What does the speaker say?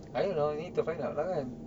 I don't know you need to find out lah kan